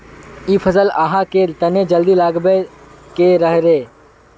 इ फसल आहाँ के तने जल्दी लागबे के रहे रे?